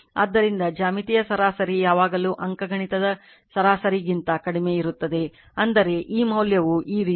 ಆದ್ದರಿಂದ ಜ್ಯಾಮಿತೀಯ ಸರಾಸರಿ ಯಾವಾಗಲೂ ಅಂಕಗಣಿತದ ಸರಾಸರಿಗಿಂತ ಕಡಿಮೆಯಿರುತ್ತದೆ ಅಂದರೆ ಈ ಮೌಲ್ಯವು ಈ ರೀತಿ